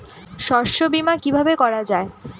শস্য বীমা কিভাবে করা যায়?